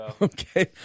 Okay